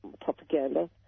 propaganda